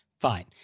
fine